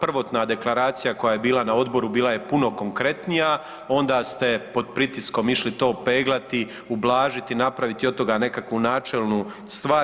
Prvotna deklaracija koja je bila na odboru bila je puno konkretnija onda ste pod pritiskom išli to peglati, ublažiti, napraviti od toga neku načelnu stvar.